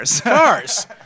Cars